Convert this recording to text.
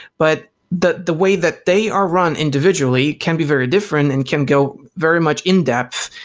but the the way that they are run individually can be very different and can go very much in depth.